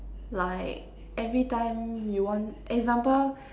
like every time you want example